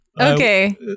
Okay